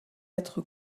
être